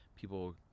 people